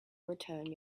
return